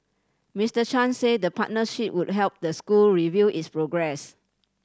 Mister Chan said the partnership would help the school review its progress